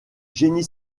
génie